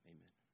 Amen